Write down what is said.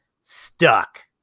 stuck